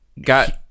Got